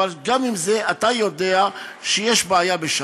גם עם זה אתה יודע שיש בעיה בשבת.